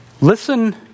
Listen